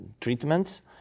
treatments